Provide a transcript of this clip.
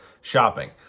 shopping